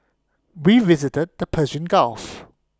we visited the Persian gulf